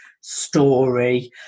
story